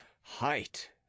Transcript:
height